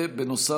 נוסף על כך,